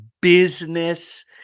business